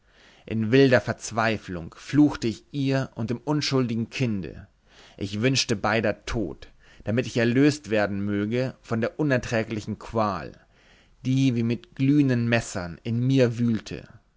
in wilder verzweiflung fluchte ich ihr und dem unschuldigen kinde ich wünschte beider tod damit ich erlöst werden möge von der unerträglichen qual die wie mit glühenden messern in mir wühlte